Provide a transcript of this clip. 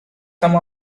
some